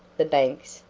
the banks,